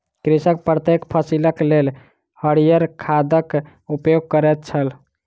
कृषक प्रत्येक फसिलक लेल हरियर खादक उपयोग करैत छल